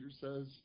says